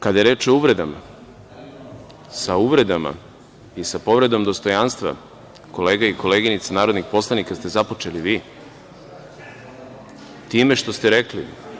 Kada je reč o uvredama, sa uvredama i sa povredom dostojanstva kolega i koleginica narodnih poslanika ste započeli vi time što ste rekli…